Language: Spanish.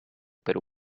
perú